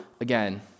again